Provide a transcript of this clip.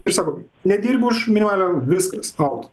ir sako nedirbu aš ne viskas out